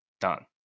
Done